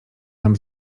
nam